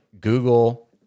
Google